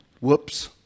Whoops